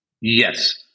Yes